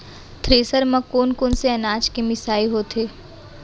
Thresher म कोन कोन से अनाज के मिसाई होथे?